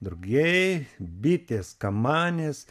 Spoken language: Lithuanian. drugiai bitės kamanės